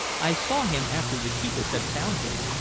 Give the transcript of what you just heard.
i saw him after the keepers had found him.